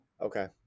okay